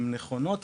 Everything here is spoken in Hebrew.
הם נכונות,